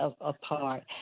apart